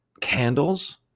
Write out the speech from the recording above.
candles